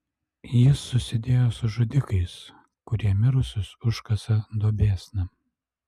jis susidėjo su žudikais kurie mirusius užkasa duobėsna